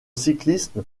cyclisme